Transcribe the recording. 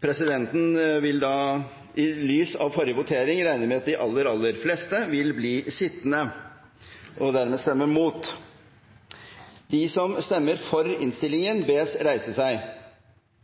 Presidenten vil i lys av forrige votering regne med at de aller fleste vil bli sittende og dermed stemme imot. Da har Stortinget gjort historiske vedtak. Jeg synes vi kan tillate oss å gratulere hverandre med det. Tittelen på EU-programmet denne saken gjelder, vil vel i seg